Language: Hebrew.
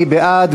מי בעד?